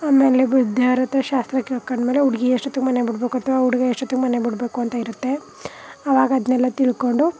ಆಮೇಲೆ ಬುದ್ದಿಯವ್ರ ಹತ್ರ ಶಾಸ್ತ್ರ ಕೇಳ್ಕೊಂಡ್ಮೇಲೆ ಹುಡುಗಿ ಎಷ್ಟೊತ್ತಿಗೆ ಮನೆ ಬಿಡಬೇಕು ಅಥ್ವಾ ಹುಡುಗ ಎಷ್ಟೊತ್ತಿಗೆ ಮನೆ ಬಿಡಬೇಕು ಅಂತ ಇರುತ್ತೆ ಆವಾಗ ಅದನ್ನೆಲ್ಲ ತಿಳ್ಕೊಂಡು